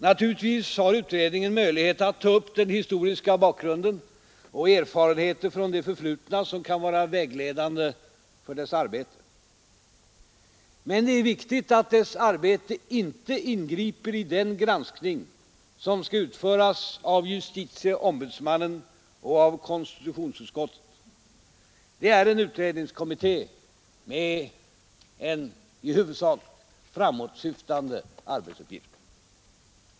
Naturligtvis har utredningen möjlighet att ta upp den historiska bakgrunden och erfarenheter från det förflutna som kan vara vägledande för dess arbete. Men det är viktigt att dess arbete inte ingriper i den granskning som skall utföras av justitieombudsmannen och av konstitutionsutskottet. Det är en utredningskommitté med en i huvudsak framåtsyftande arbetsuppgift.